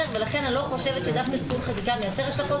אני לא חושבת שדווקא תיקון חקיקה מייצר השלכות